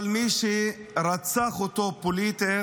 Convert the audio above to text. אבל מי שרצח אותו פוליטית